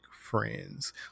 friends